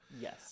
yes